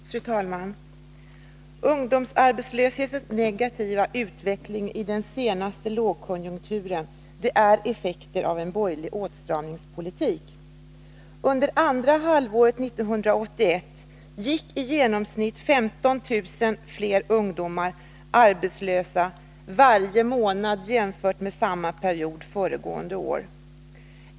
Fru talman! Ungdomsarbetslöshetens negativa utveckling i den senaste lågkonjunkturen är effekter av en borgerlig åtstramningspolitik. Under andra halvåret 1981 gick i genomsnitt 15 000 fler ungdomar arbetslösa varje månad jämfört med samma period föregående år.